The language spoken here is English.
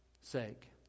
sake